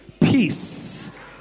peace